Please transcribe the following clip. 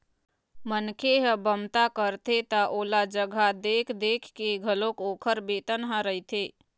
मनखे ह बमता करथे त ओला जघा देख देख के घलोक ओखर बेतन ह रहिथे